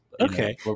Okay